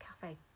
cafe